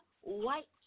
white